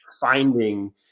finding